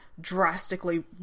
drastically